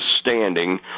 standing